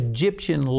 Egyptian